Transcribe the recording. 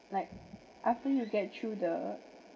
like after you get through the